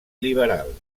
liberal